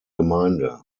gemeinde